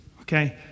okay